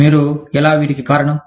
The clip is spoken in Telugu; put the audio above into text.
మీరు ఎలా వీటికి కారణం